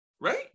right